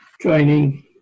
training